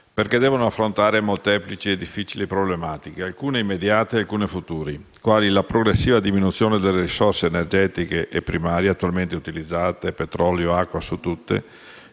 perché devono affrontare molteplici e difficili problematiche, alcune immediate e alcune future, quali la progressiva diminuzione delle risorse energetiche e primarie attualmente utilizzate (petrolio e acqua su tutte),